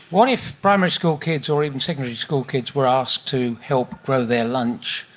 what if primary school kids or even secondary school kids were asked to help grow their lunch,